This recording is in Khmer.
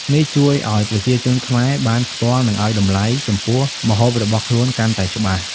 នេះជួយឲ្យប្រជាជនខ្មែរបានស្គាល់ និងឲ្យតម្លៃចំពោះម្ហូបរបស់ខ្លួនកាន់តែច្បាស់។